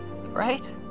right